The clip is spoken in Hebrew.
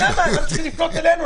למה הם צריכים לפנות אלינו?